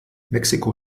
mexiko